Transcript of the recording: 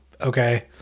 okay